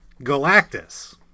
galactus